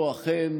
החוקה,